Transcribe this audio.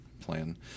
plan